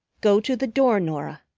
go to the door, norah,